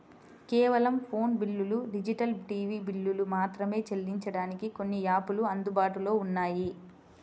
కేవలం ఫోను బిల్లులు, digital TV బిల్లులు మాత్రమే చెల్లించడానికి కొన్ని యాపులు అందుబాటులో ఉన్నాయి